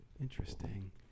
Interesting